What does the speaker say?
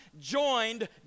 joined